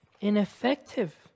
ineffective